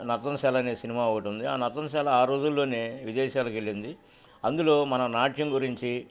నతన్శెలనే సినిమా ఒకటుంది ఆ నతన్శేెల ఆ రోజుల్లోనే విదేశాలకెళ్ళింది అందులో మన నాట్యం గురించి